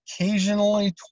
occasionally